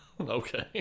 Okay